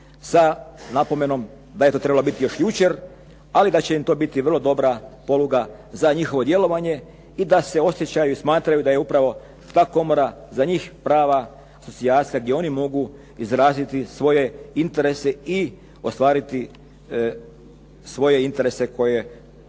sa napomenom da je to trebalo biti još jučer ali da će im to biti vrlo dobra poluga za njihovo djelovanje i da se osjećaju i smatraju da je upravo ta komora za njih prava socijacija gdje oni mogu izraziti svoje interese i ostvariti svoje interese koje oni